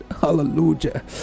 hallelujah